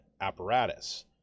apparatus